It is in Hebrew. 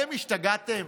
אתם השתגעתם?